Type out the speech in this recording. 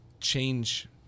change